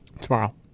Tomorrow